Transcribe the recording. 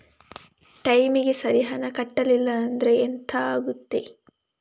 ಟೈಮಿಗೆ ಸರಿ ಹಣ ಕಟ್ಟಲಿಲ್ಲ ಅಂದ್ರೆ ಎಂಥ ಆಗುತ್ತೆ?